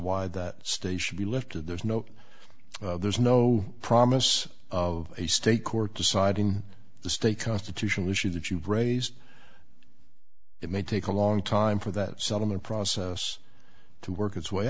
why that state should be lifted there's no there's no promise of a state court deciding the state constitution which she that you've raised it may take a long time for that settlement process to work its way